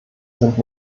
sind